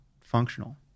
functional